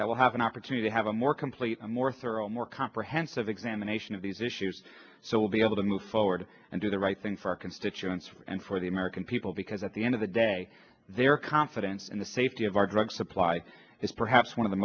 that will have an opportunity to have a more complete and more thorough more comprehensive examination of these issues so we'll be able to move forward and do the right thing for our constituents and for the american people because at the end of the day their confidence in the safety of our drug supply is perhaps one of the